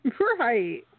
Right